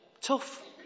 tough